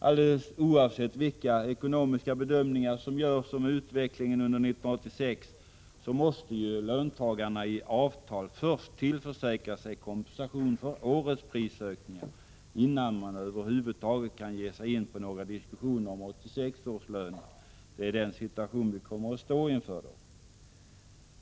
Alldeles oavsett vilka ekonomiska bedömningar som görs om utvecklingen under 1986, så måste löntagarna i avtal först tillförsäkra sig kompensation för årets prisökningar innan man över huvud taget kan ge sig in på några diskussioner om 1986 års löner. Det är den situation vi kommer att stå inför.